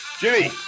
Jimmy